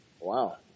Wow